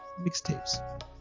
mixtapes